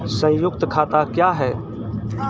संयुक्त खाता क्या हैं?